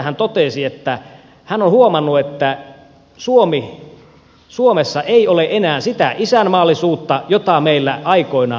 hän totesi että hän on huomannut että suomessa ei ole enää sitä isänmaallisuutta jota meillä aikoinaan oli